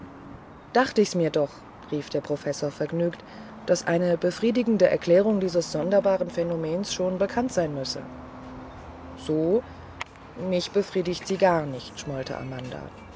dachte ich mir's doch rief der professor vergnügt daß eine befriedigende erklärung dieses sonderbaren phänomens schon bekannt sein müsse so mich befriedigt sie gar nicht schmollte amanda